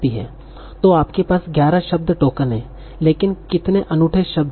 तो आपके पास 11 शब्द टोकन हैं लेकिन कितने अनूठे शब्द हैं